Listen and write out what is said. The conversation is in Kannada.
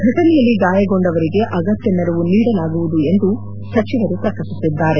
ಫಟನೆಯಲ್ಲಿ ಗಾಯಗೊಂಡವರಿಗೆ ಅಗತ್ಯ ನೆರವು ನೀಡಲಾಗುವುದು ಎಂದು ಸಚಿವರು ಪ್ರಕಟಿಸಿದ್ದಾರೆ